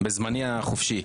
בזמני החופשי.